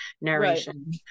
narration